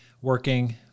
working